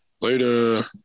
Later